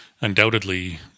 undoubtedly